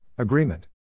Agreement